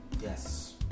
Yes